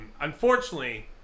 Unfortunately